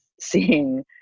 seeing